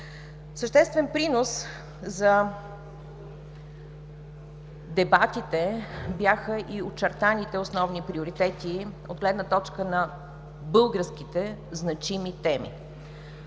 Съществен принос за дебатите бяха и очертаните основни приоритети от гледна точка на българските значими теми.